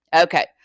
Okay